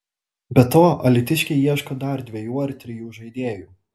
be to alytiškiai ieško dar dviejų ar trijų žaidėjų